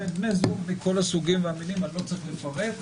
אלה בני זוג מכל הסוגים והמינים ואני לא צריך לפרט.